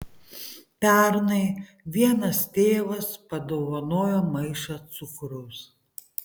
pernai vienas tėvas padovanojo maišą cukraus